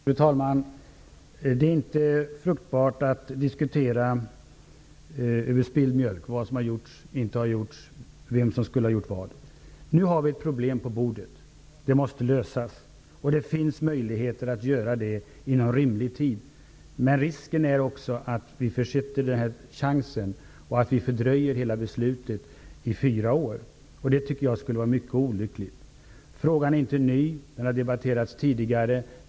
Fru talman! Det är inte fruktbart att diskutera över spilld mjölk; vad som har gjorts, inte har gjorts eller vem som skulle ha gjort vad. Nu har vi ett problem på bordet. Det måste lösas. Det finns möjligheter att göra det inom rimlig tid. Men risken är också att vi försitter den chansen, och att vi fördröjer hela beslutet i fyra år. Det tycker jag skulle vara mycket olyckligt. Frågan är inte ny. Den har debatterats tidigare.